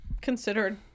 considered